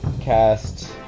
cast